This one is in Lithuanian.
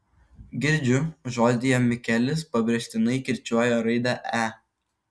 girdžiu žodyje mikelis pabrėžtinai kirčiuoja raidę e